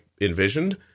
envisioned